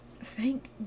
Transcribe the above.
thank